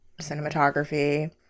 cinematography